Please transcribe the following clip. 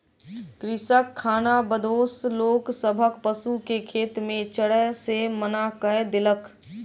कृषक खानाबदोश लोक सभक पशु के खेत में चरै से मना कय देलक